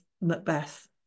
Macbeth